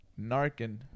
Narkin